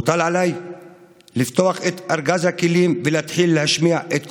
מוטל עליי לפתוח את ארגז הכלים ולהתחיל להשמיע את קולי,